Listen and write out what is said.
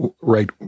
right